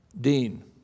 Dean